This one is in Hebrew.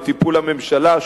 בטיפול הממשלה.